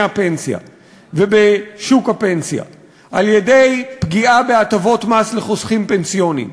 הפנסיה ובשוק הפנסיה על-ידי פגיעה בהטבות מס לחוסכים פנסיונים.